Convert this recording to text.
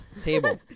Table